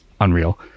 unreal